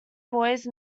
boys